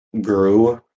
grew